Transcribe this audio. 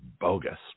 bogus